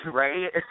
right